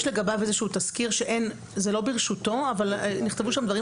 יש לגביו איזשהו תזכיר שהוא לא ברשותו אבל נכתבו שם דברים